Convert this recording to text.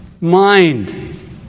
mind